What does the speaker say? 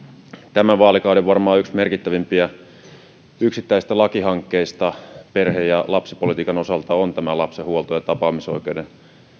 varmaan yksi merkittävimmistä tämän vaalikauden yksittäisistä lakihankkeista perhe ja lapsipolitiikan osalta on lapsen huoltoa ja tapaamisoikeutta